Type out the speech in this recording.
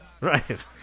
right